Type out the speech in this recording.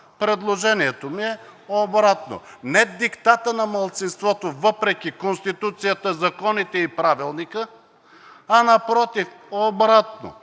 Предложението ми е обратно – не диктатът на малцинството въпреки Конституцията, законите и Правилника, а напротив – обратно,